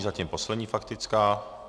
Zatím poslední faktická.